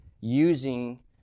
using